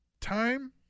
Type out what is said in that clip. time